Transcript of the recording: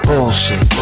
Bullshit